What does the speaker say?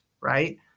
Right